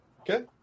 Okay